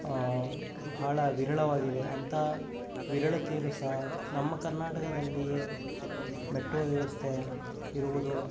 ಬಹಳ ವಿರಳವಾಗಿದೆ ಅಂಥ ವಿರಳತೆಯಲ್ಲೂ ಸಹ ನಮ್ಮ ಕರ್ನಾಟಕದಲ್ಲಿಯೇ ಮೆಟ್ರೋ ವ್ಯವಸ್ಥೆ ಇರುವುದು